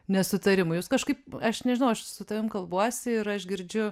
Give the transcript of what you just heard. nesutarimų jūs kažkaip aš nežinau aš su tavim kalbuosi ir aš girdžiu